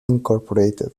inc